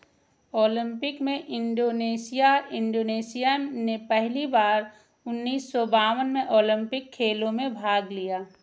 Olympic में Indonesia Indonesian ने पहली बार उन्नीस सौ बावन में ओलम्पिक खेलों में भाग लिया